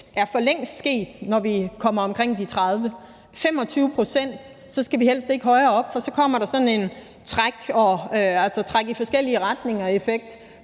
et problem, når vi kommer omkring de 30 pct. Vi skal helst ikke højere op end 25 pct., for så kommer der sådan en trækken i forskellige retninger-effekt,